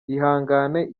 ihangane